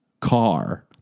car